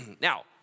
Now